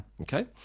Okay